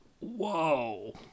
Whoa